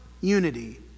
unity